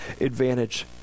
advantage